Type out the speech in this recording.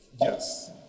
Yes